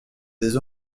des